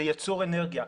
לייצור אנרגיה.